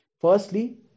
Firstly